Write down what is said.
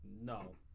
No